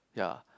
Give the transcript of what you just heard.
ya